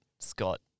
Scott